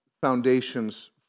foundations